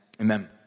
amen